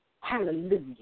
Hallelujah